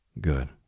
Good